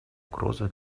угрозу